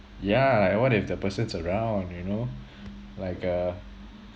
yeah like what if the person's around you know like uh